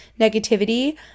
negativity